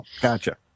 gotcha